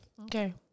Okay